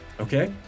Okay